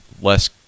less